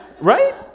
Right